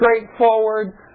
straightforward